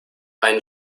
ein